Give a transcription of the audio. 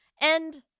And-